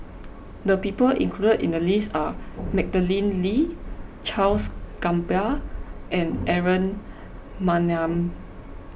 the people included in the list are Madeleine Lee Charles Gamba and Aaron Maniam